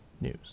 news